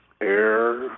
air